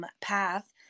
path